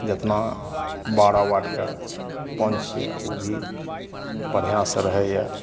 जेतना बारह वार्डके पञ्च यऽ भी बढ़िऑं से रहैया